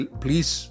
please